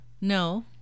No